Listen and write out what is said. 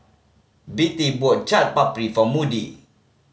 Bettye bought Chaat Papri for Moody